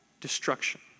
destruction